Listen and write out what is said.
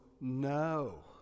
no